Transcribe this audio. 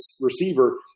receiver